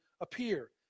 appear